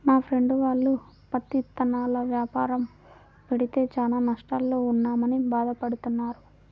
మా ఫ్రెండు వాళ్ళు పత్తి ఇత్తనాల యాపారం పెడితే చానా నష్టాల్లో ఉన్నామని భాధ పడతన్నారు